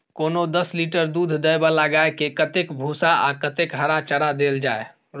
कोनो दस लीटर दूध दै वाला गाय के कतेक भूसा आ कतेक हरा चारा देल जाय?